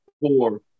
four